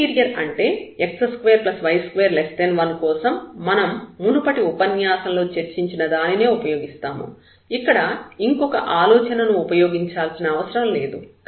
interior అంటే x2y21 కోసం మనం మునుపటి ఉపన్యాసంలో చర్చించిన దానినే ఉపయోగిస్తాము ఇక్కడ ఇంకొక ఆలోచనను ఉపయోగించాల్సిన అవసరం లేదు